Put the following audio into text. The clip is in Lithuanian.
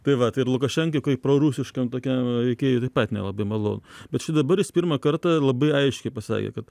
tai vat ir lukašenkai prorusiškam tokiam veikėjui taip pat nelabai malonu bet čia dabar jis pirmą kartą labai aiškiai pasakė kad